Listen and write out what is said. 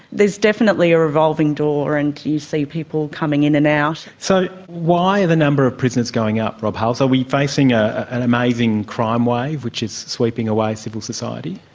there's definitely a revolving door and you see people coming in and out. so why the number of prisoners going up, rob hulls? are we facing ah an amazing crime wave which is sweeping away civil society?